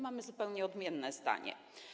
Mamy zupełnie odmienne zdanie.